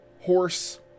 Horse